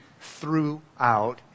throughout